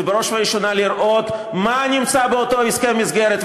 זה בראש ובראשונה לראות מה נמצא באותו הסכם מסגרת,